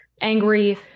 angry